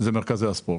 אלה מרכזי הספורט.